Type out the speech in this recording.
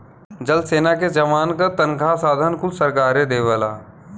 जल सेना के जवान क तनखा साधन कुल सरकारे देवला